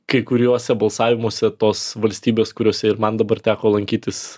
kai kuriuose balsavimuose tos valstybės kuriose ir man dabar teko lankytis